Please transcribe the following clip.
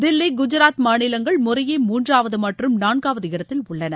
தில்லி குஜராத் மாநிலங்கள் முறையே மூன்றாவது மற்றும் நான்காவது இடத்தில் உள்ளன